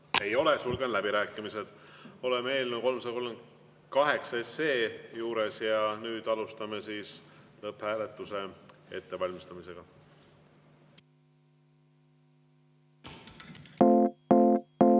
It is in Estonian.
ei ole. Sulgen läbirääkimised. Oleme eelnõu 338 juures ja nüüd alustame lõpphääletuse ettevalmistamist.